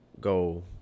go